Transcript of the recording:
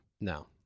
No